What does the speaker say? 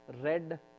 red